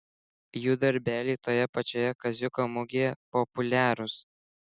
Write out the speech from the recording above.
jų darbeliai toje pačioje kaziuko mugėje populiarūs